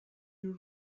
you